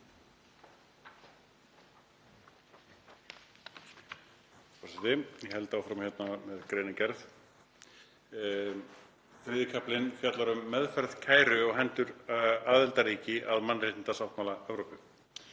Þriðji kaflinn fjallar um meðferð kæru á hendur aðildarríki að mannréttindasáttmála Evrópu.